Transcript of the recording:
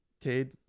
Cade